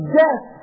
death